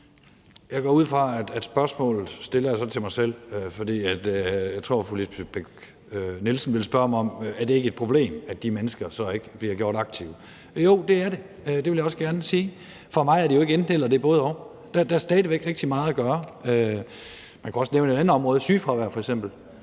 Jeg går ud fra, at jeg så stiller spørgsmålet til mig selv, for jeg tror, at fru Lisbeth Bech-Nielsen vil spørge mig, om det ikke er et problem, at de mennesker så ikke bliver gjort aktive. Jo, det er det, det vil jeg også gerne sige. For mig er det jo ikke enten-eller, det er både-og, og der er stadig væk rigtig meget at gøre. Man kunne også nævne et andet område, f.eks.